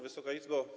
Wysoka Izbo!